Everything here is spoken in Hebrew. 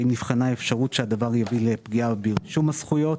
האם נבחנה האפשרות שהדבר יביא לפגיעה ברישום הזכויות?